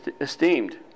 esteemed